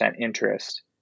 interest